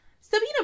Sabina